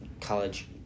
college